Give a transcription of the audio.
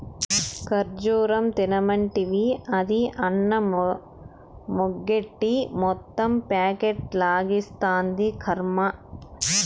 ఖజ్జూరం తినమంటివి, అది అన్నమెగ్గొట్టి మొత్తం ప్యాకెట్లు లాగిస్తాంది, కర్మ